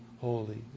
Holy